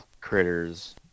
critters